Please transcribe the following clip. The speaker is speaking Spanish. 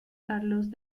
carlos